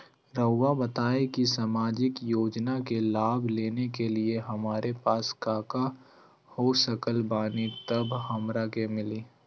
रहुआ बताएं कि सामाजिक योजना के लाभ लेने के लिए हमारे पास काका हो सकल बानी तब हमरा के मिली?